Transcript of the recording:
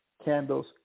candles